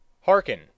Hearken